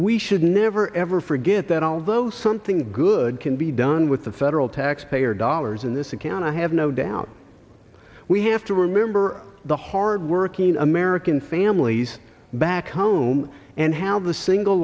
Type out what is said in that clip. we should never ever forget that although something good can be done with the federal taxpayer dollars in this account i have no doubt we have to remember the hard working american families back home and how the single